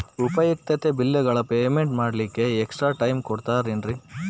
ಉಪಯುಕ್ತತೆ ಬಿಲ್ಲುಗಳ ಪೇಮೆಂಟ್ ಮಾಡ್ಲಿಕ್ಕೆ ಎಕ್ಸ್ಟ್ರಾ ಟೈಮ್ ಕೊಡ್ತೇರಾ ಏನ್ರಿ?